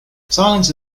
silence